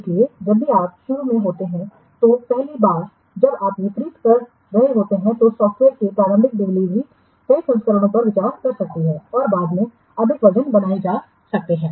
इसलिए जब भी आप शुरू में होते हैं तो पहली बार जब आप वितरित कर रहे होते हैं तो सॉफ़्टवेयर की प्रारंभिक डिलीवरी कई संस्करणों पर विचार कर सकती है और बाद में अधिक वर्जनबनाए जा सकते हैं